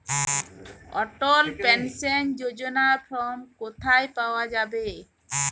অটল pension যোজনার form কোথায় পাওয়া যাবে?